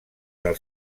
del